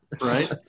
right